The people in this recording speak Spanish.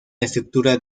estructura